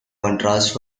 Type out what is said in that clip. contrast